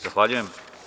Zahvaljujem.